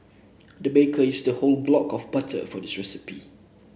the baker used a whole block of butter for this recipe